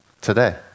today